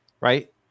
right